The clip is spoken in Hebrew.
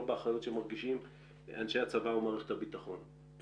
באחריות שמרגישים אנשי הצבא ו מערכת הביטחון.